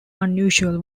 unusual